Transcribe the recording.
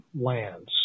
lands